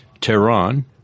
Tehran